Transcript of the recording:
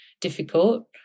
difficult